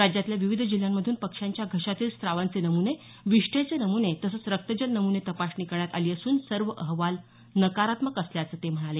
राज्यातील विविध जिल्ह्यांमधून पक्ष्यांच्या घशातील स्रावांचे नम्ने विष्ठेचे नम्ने तसेच रक्तजल नम्ने तपासणी करण्यात आली असून सर्व अहवाल नकारात्मक असल्याचं ते म्हणाले